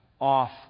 off